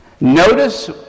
Notice